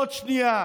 עוד שנייה.